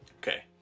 Okay